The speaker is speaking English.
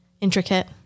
intricate